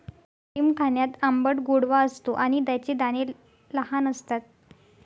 डाळिंब खाण्यात आंबट गोडवा असतो आणि त्याचे दाणे लहान असतात